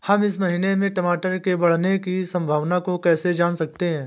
हम इस महीने में टमाटर के बढ़ने की संभावना को कैसे जान सकते हैं?